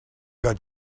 got